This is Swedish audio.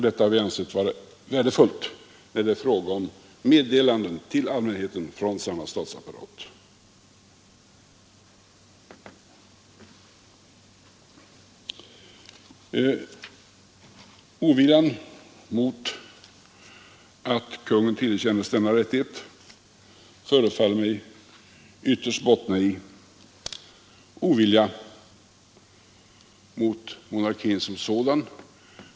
Detta har vi ansett vara värdefullt när det är fråga om meddelanden till allmänheten från samma statsapparat. Oviljan mot att kungen tillerkänns denna rättighet förefaller mig ytterst bottna i ovilja mot monarkin som sådan.